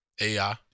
AI